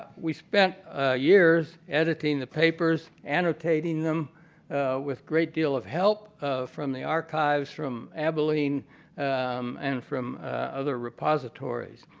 we spent years editing the papers, annotating them with great deal of help um from the archives, from abilene and from other repositories.